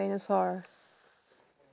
dinosaur